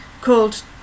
called